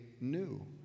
new